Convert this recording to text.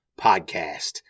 Podcast